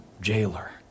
jailer